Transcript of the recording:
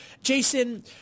Jason